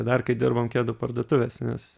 dar kai dirbom kedų parduotuvėse nes